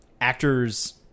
actors